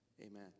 Amen